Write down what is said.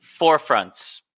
forefronts